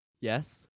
Yes